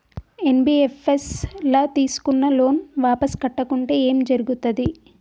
NBFS ల తీస్కున్న loan వాపస్ కట్టకుంటే ఏం జర్గుతది?